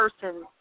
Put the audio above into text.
person